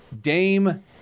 Dame